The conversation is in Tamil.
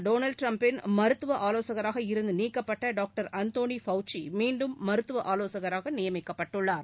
டொனால்ட் டரம்பின் மருத்துவஆவோசகராக இருந்துநீக்கப்பட்டடாக்டர் அந்தோணி ஃபவுச்சிமீண்டும் மருத்துவ ஆலோசகராகநியமிக்கப்பட்டுள்ளார்